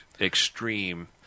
extreme